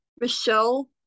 Michelle